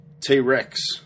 T-Rex